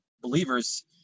believers